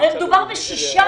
הרי מדובר בשישה.